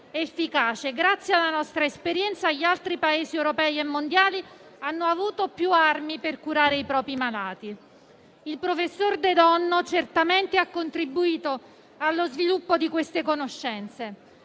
efficace. Grazie alla nostra esperienza, gli altri Paesi europei e mondiali hanno avuto più armi per curare i propri malati. Il professor De Donno ha certamente contribuito allo sviluppo di queste conoscenze.